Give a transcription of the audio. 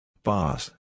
Boss